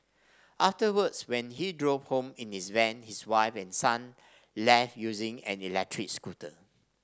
afterwards when he drove home in his van his wife and son left using an electric scooter